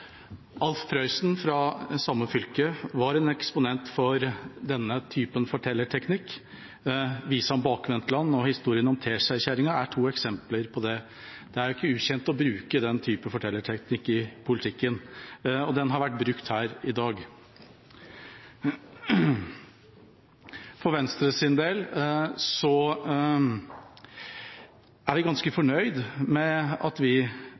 Alf Prøysen, fra samme fylke som henne, var en eksponent for denne typen fortellerteknikk, visa I bakvendtland og historien om Teskjekjerringa er to eksempler på det. Det er ikke ukjent å bruke den typen fortellerteknikk i politikken, og den har vært brukt her i dag. Venstre er ganske fornøyd med at vi